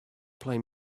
play